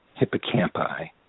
hippocampi